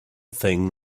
thing